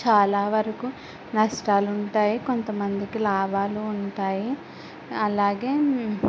చాలా వరకు నష్టాలు ఉంటాయి కొంత మందికి లాభాలు ఉంటాయి అలాగే